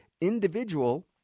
individual